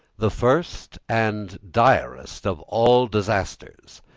the first and direst of all disasters.